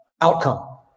Outcome